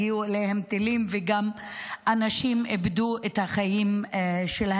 הגיעו אליהם טילים ואנשים גם איבדו את החיים שלהם,